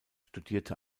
studierte